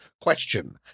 question